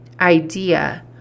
idea